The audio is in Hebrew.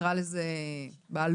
נקרא לזה בעלות,